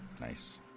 Nice